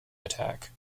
attack